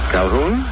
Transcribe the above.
Calhoun